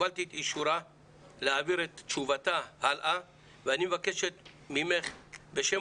קיבלתי את אישורה להעביר את תשובתה הלאה ואני מבקשת ממך בשם